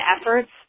efforts